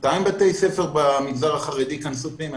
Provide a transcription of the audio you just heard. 200 בתי ספר במגזר החרדי ייכנסו פנימה,